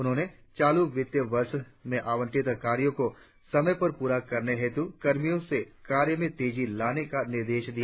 उन्होंने चालू वित्त वर्ष में आवंटित कार्यों को समय पर पूरा करने हेतु कर्मियों से कार्य में तेजी लाने का निर्देश दिया